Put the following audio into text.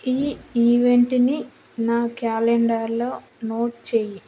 ఈ ఈవెంట్ని నా క్యాలెండర్లో నోట్ చెయ్యి